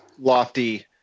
lofty